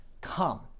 come